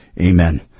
Amen